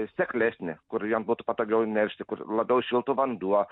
seklesnį kur jom būtų patogiau neršti kur labiau šiltų vanduo